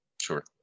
sure